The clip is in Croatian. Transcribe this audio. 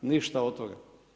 Ništa od toga.